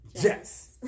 yes